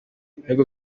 ibihugu